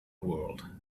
world